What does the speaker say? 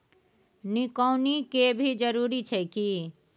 निकौनी के भी जरूरी छै की?